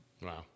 Wow